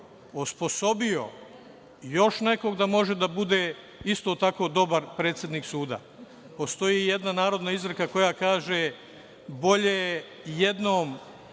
osposobio i još nekog da može da bude isto tako dobar predsednik suda. Postoji jedna narodna izreka koja kaže – bolje je jednom